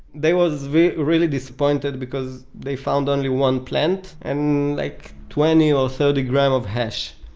they was really disappointed because they found only one plant and like twenty or thirty grams of hash.